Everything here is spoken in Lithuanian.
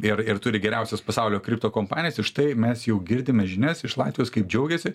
ir ir turi geriausias pasaulio kripto kompanijas ir štai mes jau girdime žinias iš latvijos kaip džiaugiasi